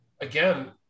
again